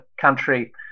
country